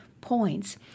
points